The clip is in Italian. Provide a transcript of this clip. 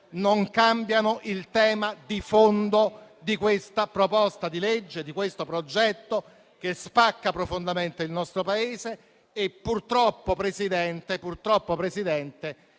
non cambiano il tema di fondo di questa proposta di legge, che spacca profondamente il nostro Paese. Purtroppo, Presidente,